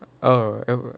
oh yup